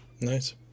nice